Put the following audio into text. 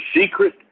secret